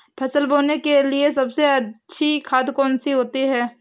फसल बोने के लिए सबसे अच्छी खाद कौन सी होती है?